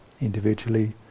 individually